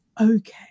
okay